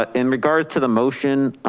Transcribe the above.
ah in regards to the motion.